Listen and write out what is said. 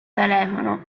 telefono